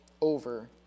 over